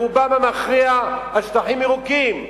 ברובם המכריע על שטחים ירוקים,